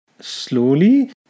Slowly